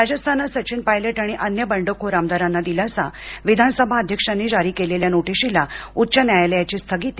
राजस्थानात सचिन पायलट आणि अन्य बंडखोर आमदारांना दिलासाविधानसभा अध्यक्षांनी जारी केलेल्या नोटिशीला उच्च न्यायालयांची स्थगिती